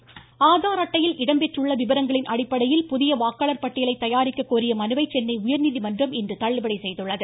சென்னை உயர்நீதி மன்றம் ஆதார் அட்டையில் இடம்பெற்றுள்ள விவரங்களின் அடிப்படையில் புதிய வாக்காளர் பட்டியலை தயாரிக்க கோரிய மனுவை சென்னை உயர்நீதிமன்றம் இன்று தள்ளுபடி செய்துள்ளது